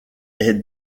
est